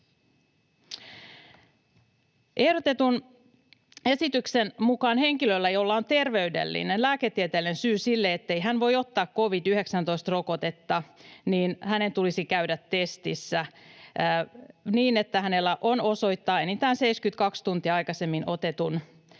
Ehdotetun esityksen mukaan henkilön, jolla on terveydellinen, lääketieteellinen syy sille, ettei hän voi ottaa covid-19-rokotetta, tulisi käydä testissä niin, että hänellä on osoittaa enintään 72 tuntia aikaisemmin otetun